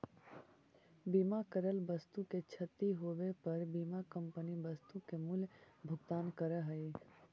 बीमा करल वस्तु के क्षती होवे पर बीमा कंपनी वस्तु के मूल्य भुगतान करऽ हई